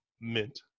mint